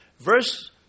Verse